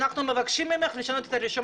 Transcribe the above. אנחנו מבקשים ממך לשנות את הרישום.